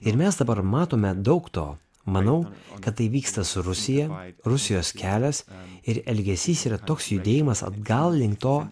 ir mes dabar matome daug to manau kad tai vyksta su rusija rusijos kelias ir elgesys yra toks judėjimas atgal link to